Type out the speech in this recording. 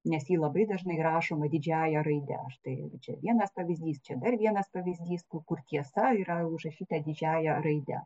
nes ji labai dažnai rašoma didžiąja raide štai čia vienas pavyzdys čia dar vienas pavyzdys ku kur tiesa yra užrašyta didžiąja raide